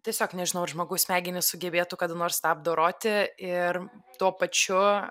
tiesiog nežinau ar žmogaus smegenys sugebėtų kada nors tą apdoroti ir tuo pačiu